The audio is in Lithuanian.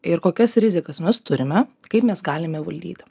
ir kokias rizikas mes turime kaip mes galime įvaldyti